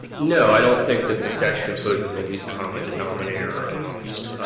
no. i don't think that the statute imposes a least common denominator amongst